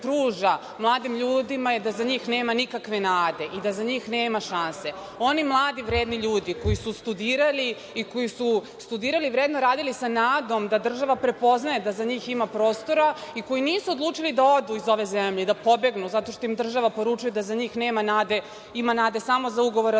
mladim ljudima je da za njih nema nikakve nade i da za njih nema šanse. Oni mladi vredni ljudi koji su studirali i vredno radili sa nadom da država prepoznaje da za njih ima prostora, koji nisu odlučili da odu iz ove zemlje i da pobegnu zato što im država poručuje da za njih nema nade, ima nade samo za ugovore